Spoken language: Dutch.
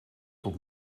tot